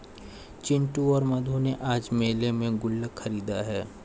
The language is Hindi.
चिंटू और मधु ने आज मेले में गुल्लक खरीदा है